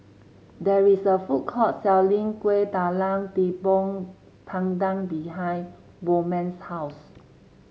there is a food court selling Kueh Talam Tepong Pandan behind Bowman's house